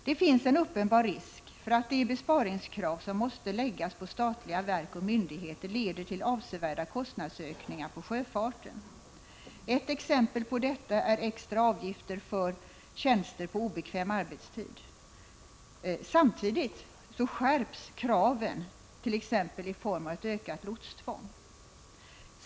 Det finns en uppenbar risk för att de besparingskrav som måste ställas på statliga verk och myndigheter leder till avsevärda kostnadsökningar för sjöfarten. Ett exempel på detta är extra avgifter för tjänster på obekväm arbetstid. Samtidigt skärps kraven t.ex. i form av ett ökat lotstvång.